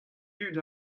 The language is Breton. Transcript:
dud